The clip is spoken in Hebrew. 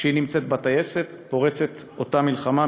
כשהיא הייתה בטייסת פרצה אותה מלחמה,